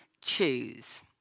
choose